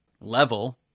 level